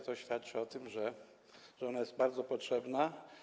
To świadczy o tym, że ona jest bardzo potrzebna.